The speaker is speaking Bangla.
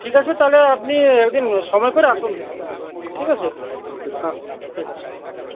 ঠিক আছে তাহলে আপনি এক দিন সময় করে আসুন ঠিক আছে হ্যাঁ ঠিক আছে হুম